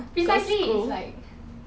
precisely is like